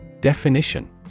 Definition